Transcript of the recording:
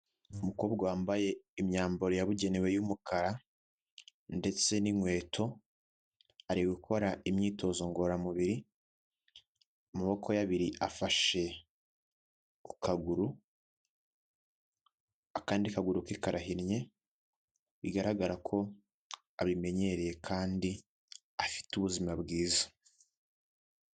Umukobwa wambaye imyambaro yabugenewe y'umukara, ndetse n'inkweto ari gukora imyitozo ngororamubiri, amaboko ye abiri afashe ku kaguru, akandi kaguru ke karahinnye, bigaragara ko abimenyereye kandi afite ubuzima bwiza.